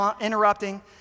interrupting